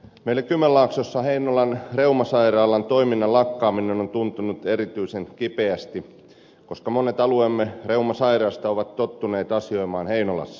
meillä kymenlaaksossa heinolan reumasairaalan toiminnan lakkaaminen on tuntunut erityisen kipeästi koska monet alueemme reumasairaista ovat tottuneet asioimaan heinolassa